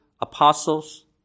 apostles